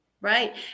Right